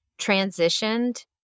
transitioned